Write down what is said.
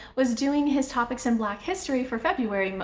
was doing his topics in black history for february,